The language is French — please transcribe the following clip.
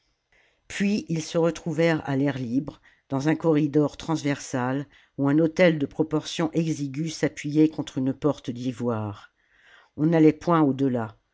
puis ils se retrouvèrent à l'air libre dans un corridor transversal où un autel de proportions exiguës s'appujait contre une porte d'ivoire on n'allait point